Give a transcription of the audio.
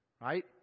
right